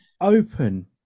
open